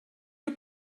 you